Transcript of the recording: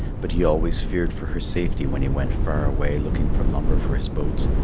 but he always feared for her safety when he went far away looking for lumber for his boats,